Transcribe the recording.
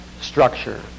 structure